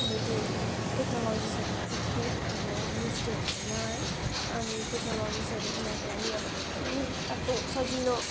अब त्यो टेक्नोलोजिसहरूमा त्यत्ति अब युज टु हुँदैन है अनि टेक्नलोजिसहरू उनीहरूको लागि अब त्यत्ति अब सजिलो